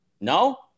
no